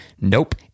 nope